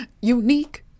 unique